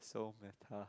so